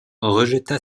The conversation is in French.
rejeta